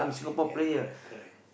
ya current current